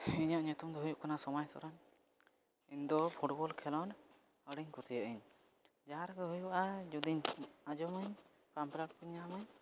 ᱤᱧᱟᱹᱜ ᱧᱩᱛᱩᱢ ᱫᱚ ᱦᱩᱭᱩᱜ ᱠᱟᱱᱟ ᱥᱚᱢᱟᱭ ᱥᱚᱨᱮᱱ ᱤᱧ ᱫᱚ ᱯᱷᱩᱴᱵᱚᱞ ᱠᱷᱮᱞᱳᱸᱰ ᱟᱹᱰᱤᱧ ᱠᱩᱥᱤᱭᱟᱜᱼᱟᱹᱧ ᱡᱟᱦᱟᱸᱨᱮᱜᱮ ᱦᱩᱭᱩᱜᱼᱟ ᱡᱩᱫᱤᱧ ᱟᱸᱡᱚᱢᱟᱹᱧ ᱯᱟᱢᱯᱞᱮᱹᱴ ᱠᱩᱧ ᱧᱟᱢᱟᱹᱧ